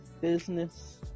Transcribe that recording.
business